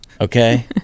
okay